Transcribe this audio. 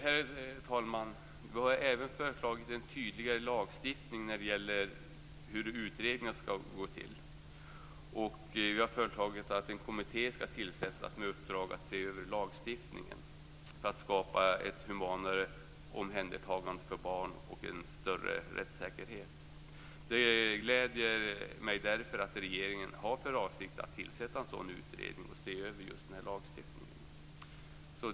Herr talman! Vi har även föreslagit en tydligare lagstiftning när det gäller hur utredningar skall gå till. Vi har föreslagit att en kommitté skall tillsättas med uppdrag att se över lagstiftningen för att skapa ett humanare omhändertagande av barn och en större rättssäkerhet. Det gläder mig därför att regeringen har för avsikt att tillsätta en sådan utredning och se över just den här lagstiftningen.